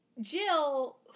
Jill